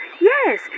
Yes